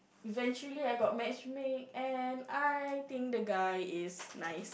eventually I got matchmake and I think the guy is nice